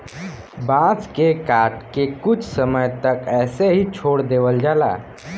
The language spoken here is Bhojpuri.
बांस के काट के कुछ समय तक ऐसे ही छोड़ देवल जाला